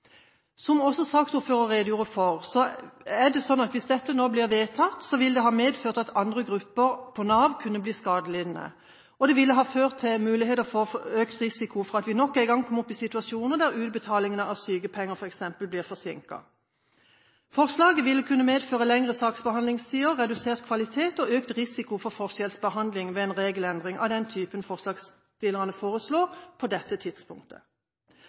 Som også saksordføreren redegjorde for, er det sånn at hvis dette nå blir vedtatt, ville det medføre at andre grupper i Nav kunne bli skadelidende. Og det ville ha ført til muligheter for økt risiko for at vi nok en gang kom opp i situasjoner der utbetalingene av sykepenger f.eks. ble forsinket. Forslaget ville kunne medføre lengre saksbehandlingstider, redusert kvalitet og økt risiko for forskjellsbehandling ved en regelendring av den typen forslagsstillerne foreslår, på dette tidspunktet.